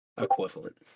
Equivalent